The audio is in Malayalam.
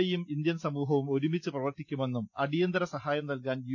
ഇയും ഇന്ത്യൻ സമൂഹവും ഒരുമിച്ച് പ്രവർത്തിക്കുമെന്നും അടിയന്തിര സഹായം നൽകാൻ യു